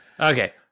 okay